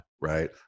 right